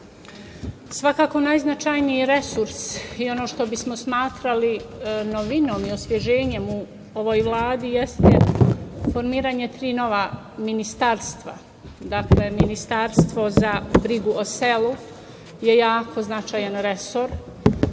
ukazano. Svakako najznačajniji resurs i ono što bismo smatrali novinom i osveženjem u ovoj Vladi jeste formiranje tri nova ministarstva. Dakle, ministarstvo za brigu o selu je jako značajan resor,